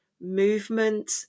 movement